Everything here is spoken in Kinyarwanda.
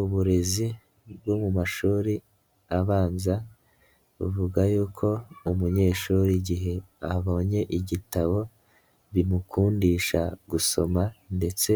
Uburezi bwo mu mashuri abanza buvuga yuko umunyeshuri igihe abonye igitabo bimukundisha gusoma ndetse